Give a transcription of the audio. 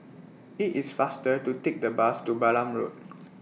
IT IS faster to Take The Bus to Balam Road